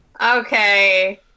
Okay